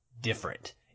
different